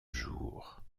jour